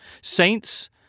Saints